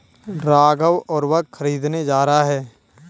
राघव उर्वरक खरीदने जा रहा है